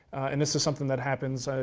and this is something that happens,